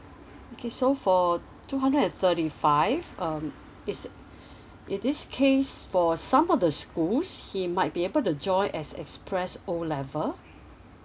okay so for two hundred and thirty five um is in this case for some of the schools he might be able to join as express O level